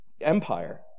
empire